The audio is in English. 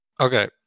Okay